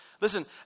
Listen